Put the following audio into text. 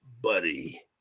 buddy